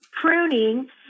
pruning